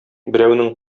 берәүнең